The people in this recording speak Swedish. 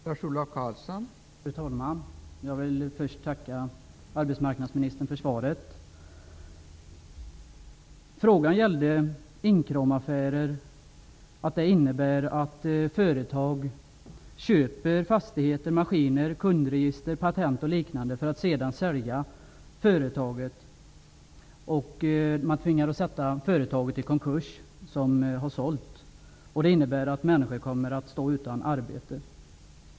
Fru talman! Jag vill först tacka arbetsmarknadsministern för svaret. Inkråmsaffärer innebär att företag köper fastigheter, maskiner, kundregister, patent och liknande för att sedan sälja företaget. Man tvingas att sätta det företag som sålt inkråmet i konkurs. Det innebär att människor kommer att stå utan arbete.